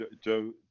Joe